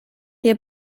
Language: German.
hier